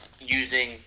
using